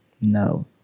No